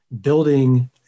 building